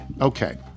Okay